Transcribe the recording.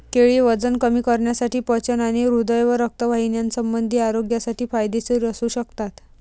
केळी वजन कमी करण्यासाठी, पचन आणि हृदय व रक्तवाहिन्यासंबंधी आरोग्यासाठी फायदेशीर असू शकतात